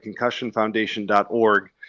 concussionfoundation.org